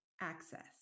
access